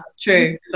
true